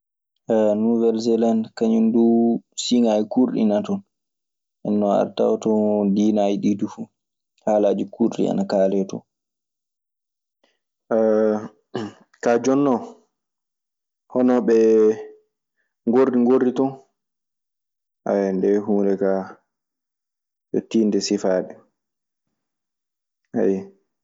Nuwel Selande kañun duu siŋaaji kuurɗi ne ton. Nden non aɗa tawa ton diinaaji ɗii fuu. Haalaaji kuurɗi ana kaalee ton. ka jonnon, hono ɓee ngorri ngorri ton, aya nde huunde ka, yo tinnde sifaade. Ayyo.